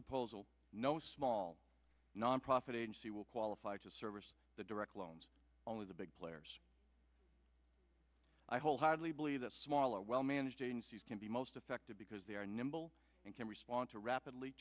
proposal no small nonprofit agency will qualify to service the direct loans only the big players i wholeheartedly believe that smaller well managed agencies can be most effective because they are nimble and can respond to rapidly